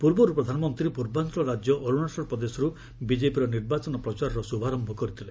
ପୂର୍ବରୁ ପ୍ରଧାନମନ୍ତ୍ରୀ ପୂର୍ବାଞ୍ଚଳ ରାଜ୍ୟ ଅରୁଣାଚଳ ପ୍ରଦେଶରୁ ବିଜେପିର ନିର୍ବାଚନ ପ୍ରଚାରର ଶୁଭାରମ୍ଭ କରିଥିଲେ